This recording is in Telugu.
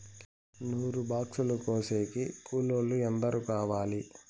నూరు బాక్సులు కోసేకి కూలోల్లు ఎందరు కావాలి?